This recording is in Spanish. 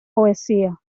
poesía